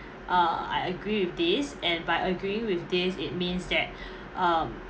uh I agree with this and by agreeing with this it means that um